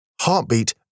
heartbeat